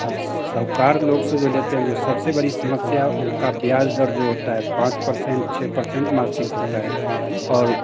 अब साहूकार लोग से जो लेते हैं जो सबसे बड़ी समस्या उनका ब्याज दर जो होता है पाँच पर्सेंट छः पर्सेंट मासिक होता है और